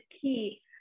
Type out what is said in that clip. key